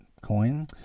coin